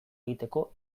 egiteko